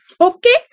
okay